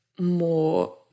more